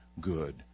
good